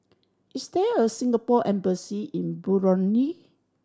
is there a Singapore Embassy in Burundi